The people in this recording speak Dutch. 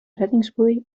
reddingsboei